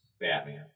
Batman